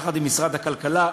יחד עם משרד הכלכלה,